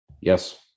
Yes